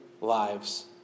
lives